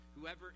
Whoever